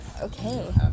Okay